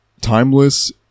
Timeless